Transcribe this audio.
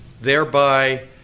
thereby